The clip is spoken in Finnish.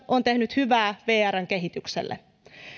on tehnyt hyvää vrn kehitykselle